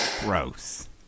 Gross